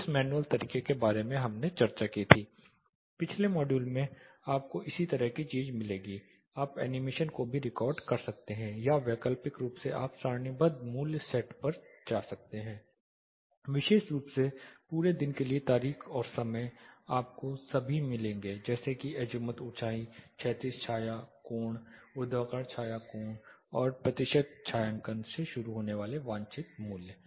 जिस मैनुअल तरीके के बारे में हमने चर्चा की पिछले मॉड्यूल में आपको इसी तरह की चीज़ मिलेगी आप एनिमेशन को भी रिकॉर्ड कर सकते हैं या वैकल्पिक रूप से आप सारणीबद्ध मूल्य सेट पर जा सकते हैं विशेष रूप से पूरे दिन के लिए तारीख और समय आपको सभी मिलेंगे जैसे कि एजिमुथ ऊंचाई क्षैतिज छाया कोण ऊर्ध्वाधर छाया कोण और प्रतिशत छायांकन से शुरू होने वाले वांछित मूल्य